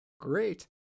Great